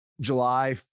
July